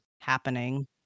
happening